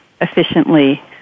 efficiently